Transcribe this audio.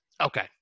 Okay